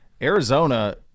Arizona